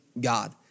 God